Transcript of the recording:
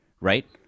right